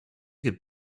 could